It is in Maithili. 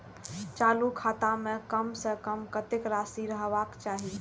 चालु खाता में कम से कम कतेक राशि रहबाक चाही?